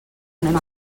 anem